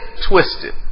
twisted